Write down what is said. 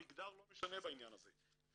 המגדר לא משנה בעניין הזה,